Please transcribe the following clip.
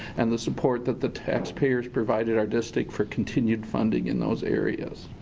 and the support that the taxpayers provided our district for continued funding in those areas.